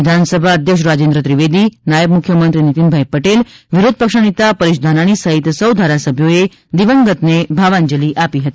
વિધાનસભા અધ્યક્ષ રાજેન્દ્ર ત્રિવેદી નાયબ મુખ્યમંત્રી નીતિનભાઇ પટેલ વિરોધ પક્ષ ના નેતા પરેશ ધાનાણી સહિત સૌ ધારાસભ્યોએ દિવંગત ને ભાવાંજલિ આપી હતી